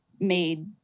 made